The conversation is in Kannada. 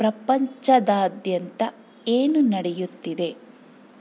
ಪ್ರಪಂಚದಾದ್ಯಂತ ಏನು ನಡೆಯುತ್ತಿದೆ